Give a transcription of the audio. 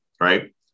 right